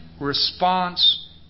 response